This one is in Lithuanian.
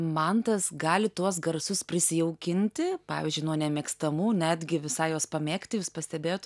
mantas gali tuos garsus prisijaukinti pavyzdžiui nuo nemėgstamų netgi visai juos pamėgti jus pastebėjot